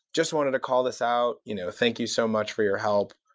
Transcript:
just wanted to call this out. you know thank you so much for your help.